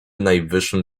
najwyższym